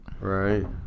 Right